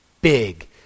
big